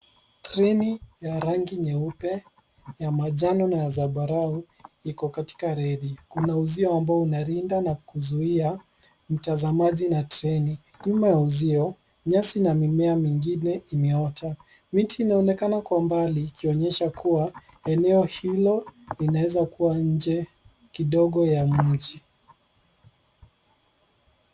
Treni ya rangi nyeupe, ya manjano na zambarau iko katika reli. Kuna uzio ambao unalinda na kuzuia mtazamaji na treni. Nyuma ya uzio, nyasi na mimea ingine imeota. Miti inaonekana kwa umbali ikionyesha kuwa eneo hilo linaweza kuwa nje kidogo ya mji.